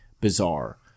bizarre